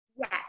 Yes